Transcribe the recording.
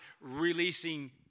releasing